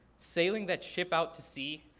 sailing that ship out to sea,